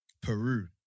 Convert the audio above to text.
Peru